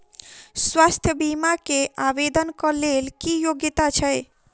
स्वास्थ्य बीमा केँ आवेदन कऽ लेल की योग्यता छै?